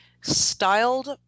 styled